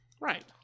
Right